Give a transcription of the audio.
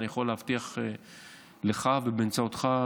אני יכול להבטיח לך, ובאמצעותך,